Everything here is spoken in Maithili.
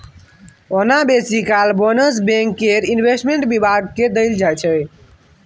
ओना बेसी काल बोनस बैंक केर इंवेस्टमेंट बिभाग केँ देल जाइ छै